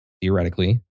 theoretically